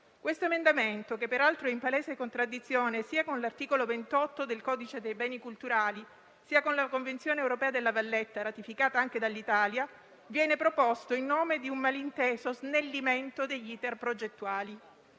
Questo emendamento, che peraltro è in palese contraddizione sia con l’articolo 28 del codice dei beni culturali, sia con la Convenzione europea de La Valletta, ratificata anche dall’Italia, viene proposto in nome di un malinteso snellimento degli iter progettuali.